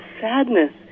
sadness